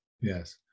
yes